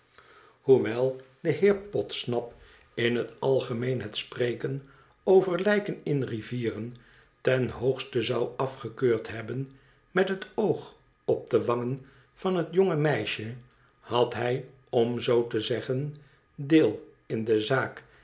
hoewel de heer podsnap in het algemeen het spreken over i lijken in rivieren ten hoogste zou afgekeurd hebben met het oog op de wangen van het jonge meisje had hij om zoo te zeggen deel in de zaak